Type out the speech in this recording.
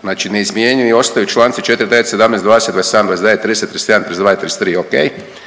znači ne izmjenjuju i ostaju čl. 4., 9., 17., 20., 27., 29., 30., 31., 32. i